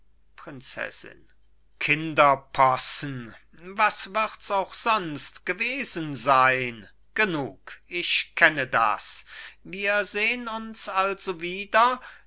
prinzessin kinderpossen was wirds auch sonst gewesen sein genug ich kenne das wir sehn uns also wieder